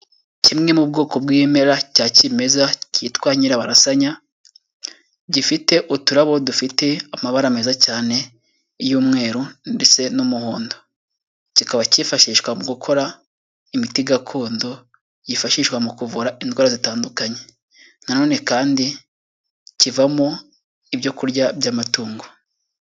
Kimwe mu bwoko bw'ibimera cya kimeza kitwa nyirabarasenya, gifite uturabo dufite amabara meza cyane y'umweru ndetse n'umuhondo, kikaba cyifashishwa mu gukora imiti gakondo yifashishwa mu kuvura indwara zitandukanye, nanone kandi kivamo ibyo kurya by'amatungo.